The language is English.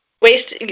waste